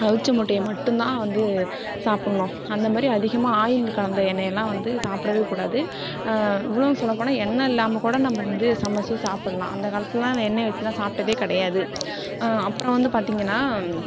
அவிச்ச முட்டையை மட்டுந்தான் வந்து சாப்புடணும் அந்தமாதிரி அதிகமாக ஆயில் கலந்த எண்ணெயெல்லாம் வந்து சாப்பிடவே கூடாது இவ்வளவும் சொல்ல போனால் எண்ணெய் இல்லாமல் கூட நம்ம வந்து சமைச்சி சாப்புட்லாம் அந்த காலத்துலலாம் இந்த எண்ணெயை வச்சுலாம் சாப்பிட்டதே கிடையாது அப்புறம் வந்து பார்த்தீங்கன்னா